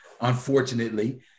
unfortunately